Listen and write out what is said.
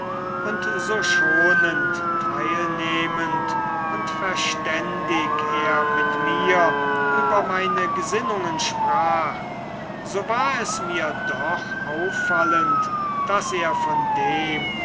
und so schonend teilnehmend und verständig er mit mir über meine gesinnungen sprach so war es mir doch auffallend daß er von dem